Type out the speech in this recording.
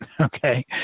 okay